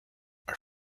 are